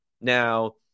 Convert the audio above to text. Now